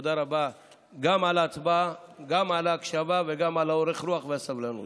תודה רבה גם על ההצבעה וגם על ההקשבה וגם על אורך הרוח והסבלנות.